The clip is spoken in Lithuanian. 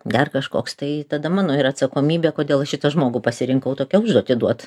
dar kažkoks tai tada mano yra atsakomybė kodėl šitą žmogų pasirinkau tokią užduotį duot